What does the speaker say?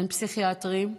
אין פסיכיאטרים.